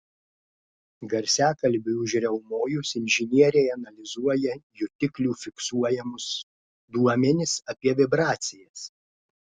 garsiakalbiui užriaumojus inžinieriai analizuoja jutiklių fiksuojamus duomenis apie vibracijas